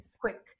quick